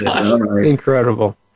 Incredible